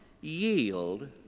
yield